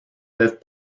peuvent